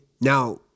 now